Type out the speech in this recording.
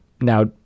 now